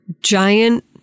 giant